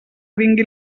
vingui